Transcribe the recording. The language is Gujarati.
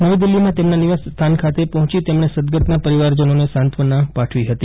નવી દિલ્હીમાં તેમના નિવાસસ્થાને પહોંચી તેમણે સદગતના પરિવારજનોને સાંત્વના પાઠવી હતી